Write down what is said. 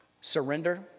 surrender